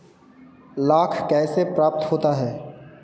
लाख कैसे प्राप्त होता है?